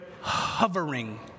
hovering